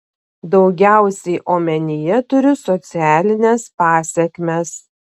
daugiausiai omenyje turiu socialines pasekmes